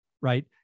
right